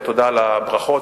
ותודה על הברכות.